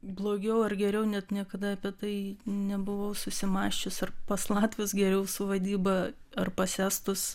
blogiau ar geriau net niekada apie tai nebuvau susimąsčius ar pas latvius geriau su vadyba ar pas estus